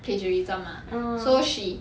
plagiarism ah so she